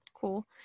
Cool